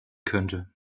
könnte